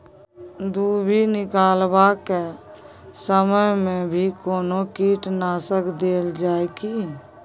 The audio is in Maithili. दुभी निकलबाक के समय मे भी कोनो कीटनाशक देल जाय की?